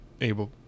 able